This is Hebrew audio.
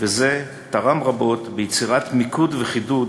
וזה תרם רבות ליצירת מיקוד וחידוד